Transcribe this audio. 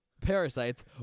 Parasites